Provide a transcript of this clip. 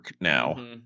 now